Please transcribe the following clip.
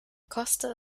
koste